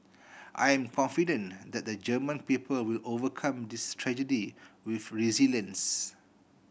I am confident that the German people will overcome this tragedy with resilience